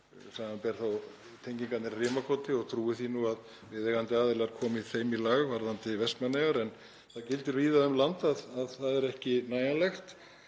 samanber tengingarnar í Rimakoti, og ég trúi því að viðeigandi aðilar komi þeim í lag varðandi Vestmannaeyjar. En það gildir víða um land að það er ekki nægjanlegt